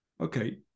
Okay